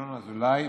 ינון אזולאי,